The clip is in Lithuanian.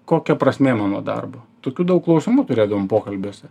kokia prasmė mano darbo tokių daug klausimų turėdavom pokalbiuose